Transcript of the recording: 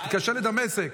תתקשר לדמשק.